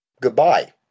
goodbye